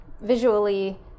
visually